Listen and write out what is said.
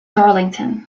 darlington